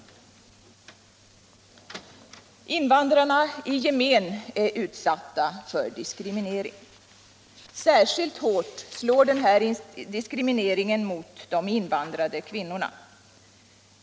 Invandrarna i gemen är utsatta för diskriminering. Särskilt hårt slår denna diskriminering mot de invandrade kvinnorna.